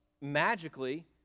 magically